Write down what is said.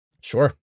Sure